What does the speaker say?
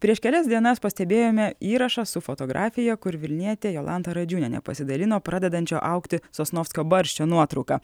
prieš kelias dienas pastebėjome įrašą su fotografija kur vilnietė jolanta radžiūnienė pasidalino pradedančio augti sosnovskio barščio nuotrauka